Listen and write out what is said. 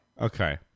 Okay